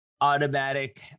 automatic